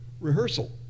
rehearsal